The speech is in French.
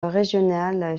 régional